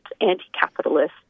anti-capitalist